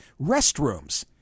restrooms